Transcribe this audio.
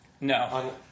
No